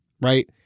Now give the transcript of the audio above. right